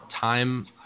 time